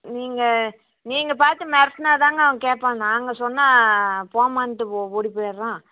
நீங்கள் நீங்கள் பார்த்து மிரட்டுனா தான்ங்க அவன் கேட்பான் நாங்கள் சொன்னால் போம்மான்ட்டு ஓடிப் போயிடுறான்